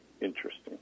interesting